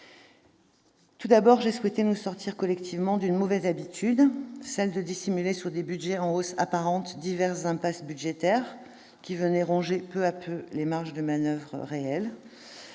Tout d'abord, j'ai souhaité nous sortir collectivement d'une mauvaise habitude, celle de dissimuler sous des budgets en hausse apparente diverses impasses budgétaires, qui venaient ronger peu à peu les marges de manoeuvre réelles.